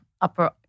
upper—